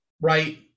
Right